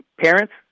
parents